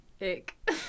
ick